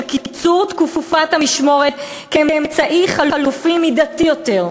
קיצור תקופת המשמורת כאמצעי חלופי מידתי יותר,